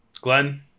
Glenn